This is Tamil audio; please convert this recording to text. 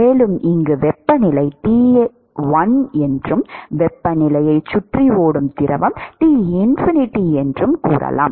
மேலும் இங்கு வெப்பநிலை T1 என்றும் வெப்பநிலையைச் சுற்றி ஓடும் திரவம் T∞ என்றும் கூறலாம்